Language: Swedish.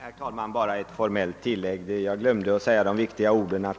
Herr talman! Jag vill bara göra ett tillägg av formell natur. Jag glömde att göra det viktiga påpekandet